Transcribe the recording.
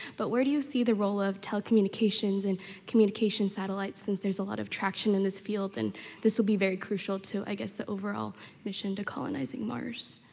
but where do you see the role of telecommunications and communication satellites since there's a lot of traction in this field, and this will be very crucial to, i guess, the overall mission to colonizing mars.